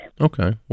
Okay